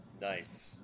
Nice